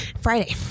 Friday